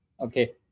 Okay